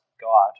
God